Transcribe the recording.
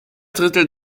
drittel